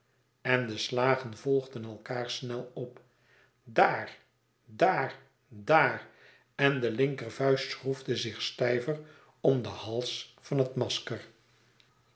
en de slagen volgden elkaâr snel op daar dàar dààr en de linkervuist schroefde zich stijver om den hals van het masker